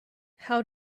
how